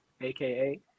aka